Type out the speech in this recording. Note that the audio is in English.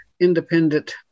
independent